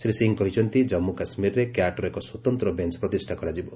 ଶ୍ରୀ ସିଂ କହିଛନ୍ତି ଜାମ୍ମୁ କାଶ୍ମୀରରେ କ୍ୟାଟ୍ର ଏକ ସ୍ୱତନ୍ତ୍ର ବେଞ୍ଚ ପ୍ରତିଷ୍ଠା କରାଯିବ